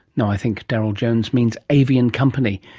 no, i think darryl jones means avian company.